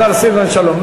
השר סילבן שלום,